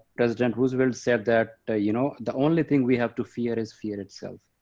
president roosevelt said that the you know the only thing we have to fear is fear itself.